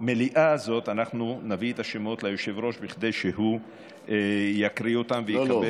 המליאה הזאת אנחנו נביא את השמות ליושב-ראש כדי שהוא יקריא אותם ויקבל,